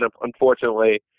unfortunately